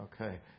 Okay